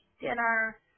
dinner